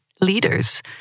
leaders